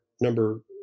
number